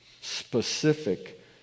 specific